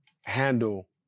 handle